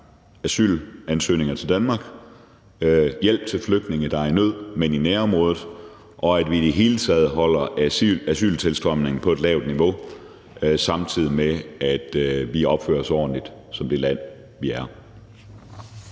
asylansøgere til Danmark, at give hjælp til flygtninge, der er i nød, men gøre det i nærområdet, og at vi i det hele taget holder asyltilstrømningen på et lavt niveau, samtidig med at vi opfører os ordentligt som det land, vi er.